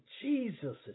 Jesus